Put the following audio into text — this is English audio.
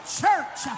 church